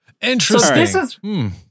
Interesting